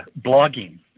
blogging